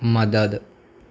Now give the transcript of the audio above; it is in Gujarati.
મદદ